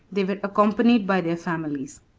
they were accompanied by their families.